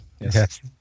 Yes